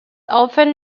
often